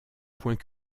point